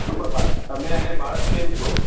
સુપ્રભાત તમે અને બાળક કેમ છો